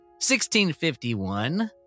1651